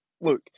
look